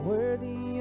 Worthy